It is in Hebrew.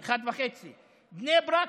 1.5%; בני ברק,